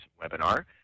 webinar